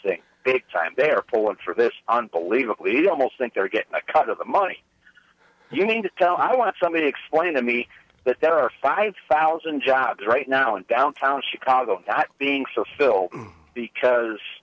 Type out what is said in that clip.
thing big time they're full and for this unbelievably i almost think they're getting a cut of the money you need to tell i want somebody explain to me that there are five thousand jobs right now in downtown chicago that being so fill because